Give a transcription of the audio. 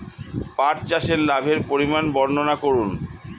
পাঠ চাষের লাভের পরিমান বর্ননা করুন?